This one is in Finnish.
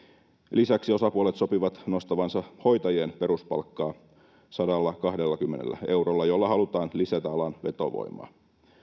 lisäksi osapuolet sopivat nostavansa hoitajien peruspalkkaa sadallakahdellakymmenellä eurolla jolla halutaan lisätä alan vetovoimaa